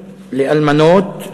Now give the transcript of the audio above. לאלמנות,